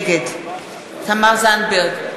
נגד תמר זנדברג,